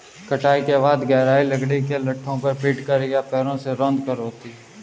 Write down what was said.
कटाई के बाद गहराई लकड़ी के लट्ठों से पीटकर या पैरों से रौंदकर होती है